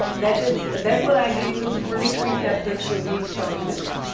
that is, therefore i gave you only three chapters to read from this